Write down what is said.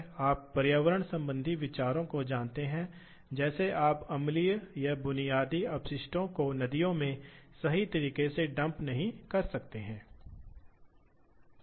तो ये विभिन्न हैं आप विभिन्न अक्षों के साथ गोलाकार प्रक्षेप दिशाओं को जानते हैं